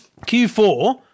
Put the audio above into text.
Q4